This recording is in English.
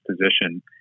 position